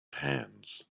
hands